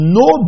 no